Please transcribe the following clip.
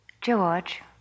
George